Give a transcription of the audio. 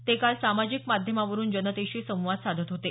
ते काल सामाजिक माध्यमावरुन जनतेशी संवाद साधत होते